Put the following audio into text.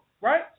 right